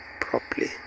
properly